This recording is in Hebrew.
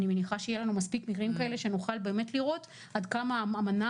אני מניחה שיהיה לנו מספיק מקרים כאלה שנוכל לראות עד כמה המנה